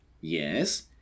yes